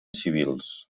civils